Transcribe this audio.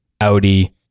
Audi